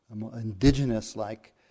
indigenous-like